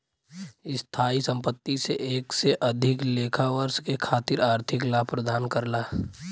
स्थायी संपत्ति से एक से अधिक लेखा वर्ष के खातिर आर्थिक लाभ प्रदान करला